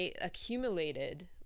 accumulated